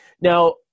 Now